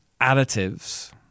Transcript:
additives